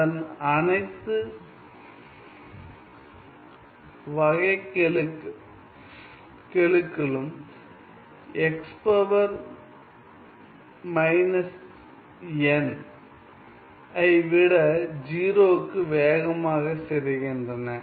அதன் அனைத்து வகைக்கெழுக்களும் ஐ விட 0 க்கு வேகமாக சிதைகின்றன